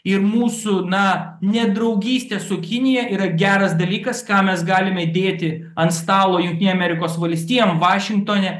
ir mūsų na nedraugystė su kinija yra geras dalykas ką mes galime dėti ant stalo jungtinėm amerikos valstijom vašingtone